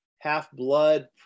Half-Blood